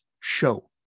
show